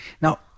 Now